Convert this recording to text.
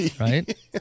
Right